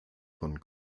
von